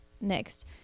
next